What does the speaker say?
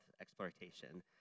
exploitation